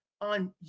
on